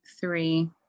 three